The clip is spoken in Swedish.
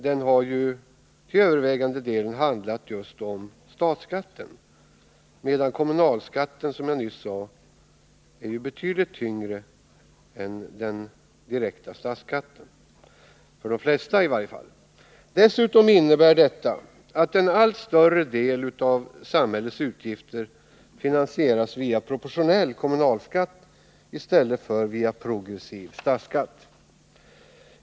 Den handlade till övervägande del just om statsskatten, medan kommunalskatten, som jag sade, är avsevärt tyngre än den direkta statsskatten — i varje fall för de flesta. En allt större del av samhällets utgifter finansieras via proportionell kommunalskatt i stället för via progressiv statsskatt.